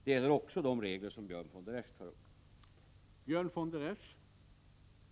Det gäller också de regler som Björn von der Esch tar